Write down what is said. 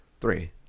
Three